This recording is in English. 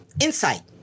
insight